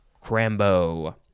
Crambo